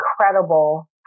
incredible